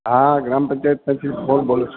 હાં ગ્રામપંચાયતમાંથી બોલું બોલો બોલો